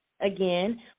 again